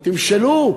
תמשלו,